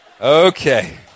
Okay